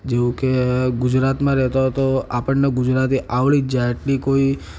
જેવું કે ગુજરાતમાં રહેતા હોય તો આપણને ગુજરાતી આવડી જ જાય એટલી કોઈ